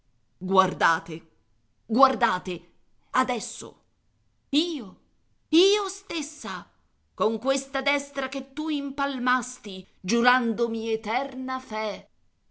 guardate guardate adesso io io stessa con questa destra che tu impalmasti giurandomi eterna fé